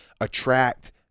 attract